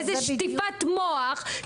איזה שטיפת מוח,